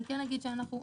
אני כן אגיד שבמקביל